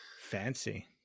Fancy